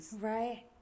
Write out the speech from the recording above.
Right